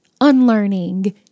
unlearning